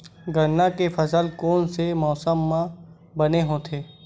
गन्ना के फसल कोन से मौसम म बने होथे?